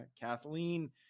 Kathleen